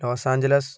Los Angeles